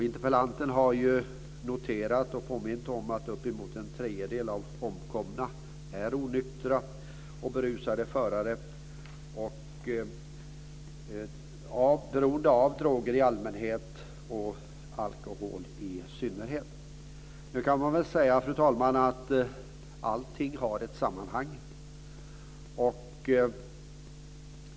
Interpellanten har noterat och påmint om att uppemot en tredjedel av de omkomna är onyktra och berusade förare, beroende på droger i allmänhet och alkohol i synnerhet. Nu kan man säga, fru talman, att allting har ett samband.